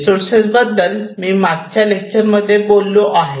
resources बद्दल मी मागच्या लेक्चर मध्ये बोललो आहे